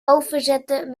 overzetten